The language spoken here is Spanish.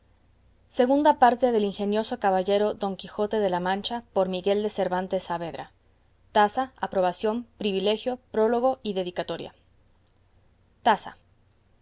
segunda parte del ingenioso caballero don quijote de la mancha por miguel de cervantes saavedra y